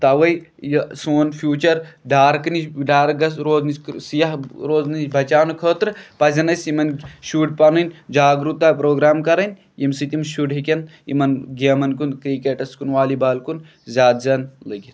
تَوے یہِ سون فوٗچر ڈارٕک نِش ڈارٕک گژھِ روزنہٕ سِیاہ روزنہٕ نِش بَچاونہٕ خٲطرٕ پَزین اَسہِ یِمن شُرۍ پَنٕنۍ جاگرُتا پروگرام کَرٕنۍ ییٚمہِ سۭتۍ یِم شُرۍ ہٮ۪کن یِمن گیمَن کُن کِرکَٹس کُن والی بال کُن زیادٕ زیادٕ لٔگِتھ